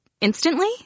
instantly